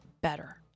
better